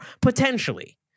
potentially